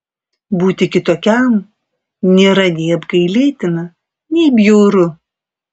būti kitokiam nėra nei apgailėtina nei bjauru